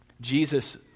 Jesus